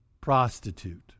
prostitute